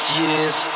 years